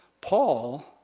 Paul